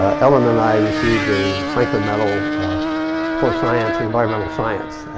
ah ellen and i received the franklin medal for science, the environmental science.